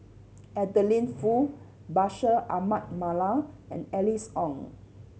Adeline Foo Bashir Ahmad Mallal and Alice Ong